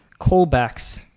callbacks